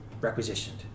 requisitioned